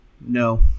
no